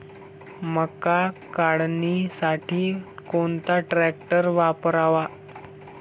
मका काढणीसाठी कोणता ट्रॅक्टर वापरावा?